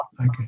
Okay